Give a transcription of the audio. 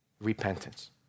repentance